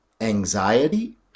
anxiety